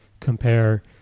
compare